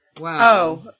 Wow